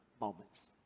moments